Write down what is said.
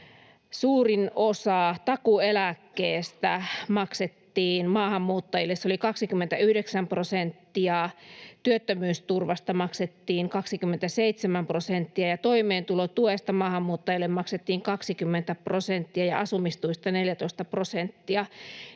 suurin osa takuueläkkeestä maksettiin maahanmuuttajille, se oli 29 prosenttia, työttömyysturvasta maksettiin 27 prosenttia ja toimeentulotuesta maahanmuuttajille maksettiin 20 prosenttia ja asumistuista 14 prosenttia.